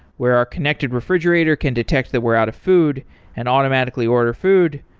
where our connected refrigerator can detect that we're out of food and automatically order food,